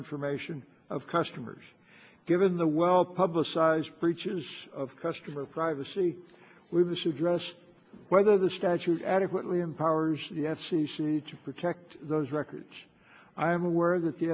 information of customers given the well publicized breaches of customer privacy with this address whether the statute adequately empowers the f c c to protect those records i am aware that the